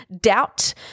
doubt